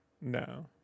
no